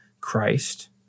Christ